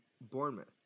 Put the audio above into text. Bournemouth